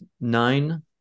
nine